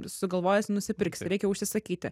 sugalvojęs nusipirks reikia užsisakyti